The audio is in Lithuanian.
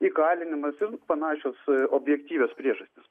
įkalinimas ir panašios į objektyvios priežastys